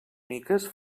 miques